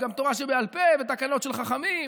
גם תורה שבעל פה ותקנות של חכמים.